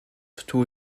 surtout